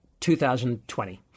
2020